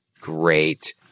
great